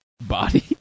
body